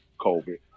COVID